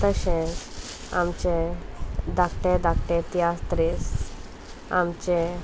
तशें आमचें धाकटें धाकटें तियात्रीस आमचें